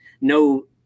no